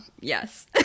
yes